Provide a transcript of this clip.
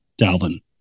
Dalvin